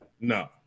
No